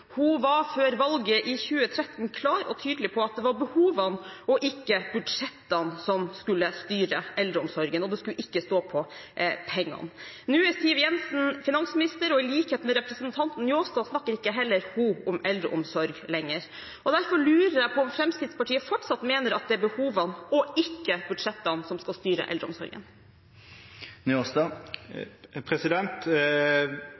hun om eldreomsorg lenger. Derfor lurer jeg på om Fremskrittspartiet fortsatt mener at det er behovene og ikke budsjettene som skal styre eldreomsorgen.